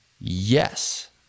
yes